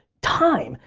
time,